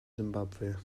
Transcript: simbabwe